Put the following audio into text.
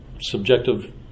subjective